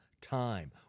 time